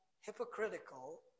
hypocritical